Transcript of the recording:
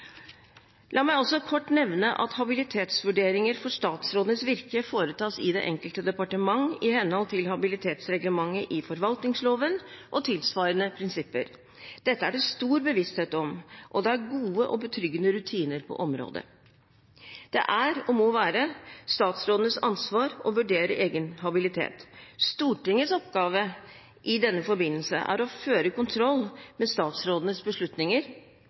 La meg også kort nevne at habilitetsvurderinger av statsrådenes virke foretas i det enkelte departement, i henhold til habilitetsreglementet i forvaltningsloven og tilsvarende prinsipper. Dette er det stor bevissthet om, og det er gode og betryggende rutiner på området. Det er – og må være – statsrådenes ansvar å vurdere egen habilitet. Stortingets oppgave i denne forbindelse er å føre kontroll med statsrådenes beslutninger,